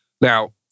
now